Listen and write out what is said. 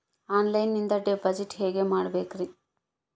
ಆನ್ಲೈನಿಂದ ಡಿಪಾಸಿಟ್ ಹೇಗೆ ಮಾಡಬೇಕ್ರಿ?